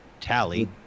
Tally